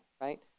right